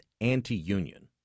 anti-union